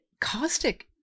caustic